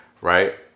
right